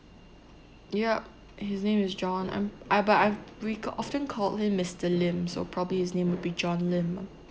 yup his name is john I'm I but I've rec~ often called him mister lim so probably his name would be john lim lah